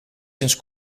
sinds